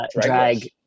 drag